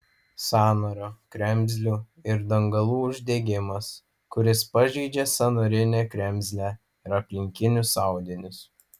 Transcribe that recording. sąnario kremzlių ir dangalų uždegimas kuris pažeidžia sąnarinę kremzlę ir aplinkinius audinius